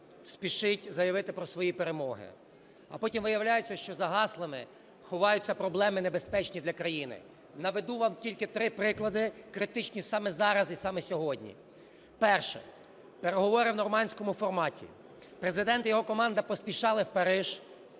спішить заявити про свої перемоги, а потім виявляється, що за гаслами ховаються проблеми, небезпечні для країни. Наведу вам тільки три приклади, критичні саме зараз і саме сьогодні. Перше: переговори в "нормандському форматі". Президент і його команда поспішали в Париж,